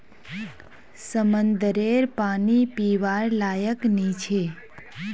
समंद्ररेर पानी पीवार लयाक नी छे